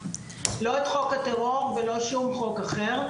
לא את חוק הטרור ולא שום חוק אחר.